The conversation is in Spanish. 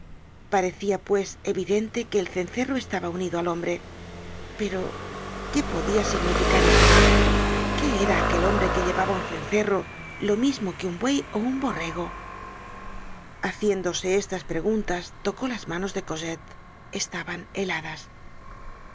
parecia pues evidente que el cencerro estaba unido al hombre pero qué podia significar esto qué era aquel hombre que llevaba un cencerro lo mismo que un buey ó un borrego haciéndose estas preguntas tocó las manos de cosette estaban heladas